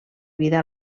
vida